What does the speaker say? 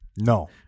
No